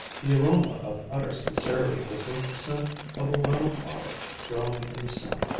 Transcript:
the aroma of utter sincerity was like the scent of a wildflower growing in the sun,